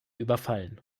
überfallen